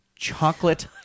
Chocolate